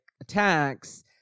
attacks